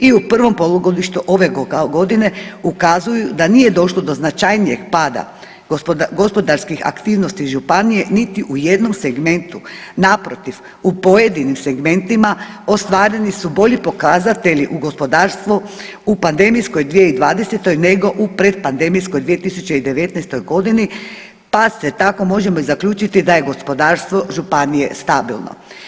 I u prvom polugodištu ove godine, ukazuju da nije došlo do značajnijeg pada gospodarskih akt9ivnosti županije niti u jednom segmentu, naprotiv, u pojedinim segmentima ostvareni su bolji pokazatelji u gospodarstvu, u pandemijskoj 2020. nego u pretpandemijskoj 2019. godini pa tako možemo zaključiti da je gospodarstvo županije stabilno.